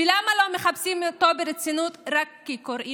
כבוד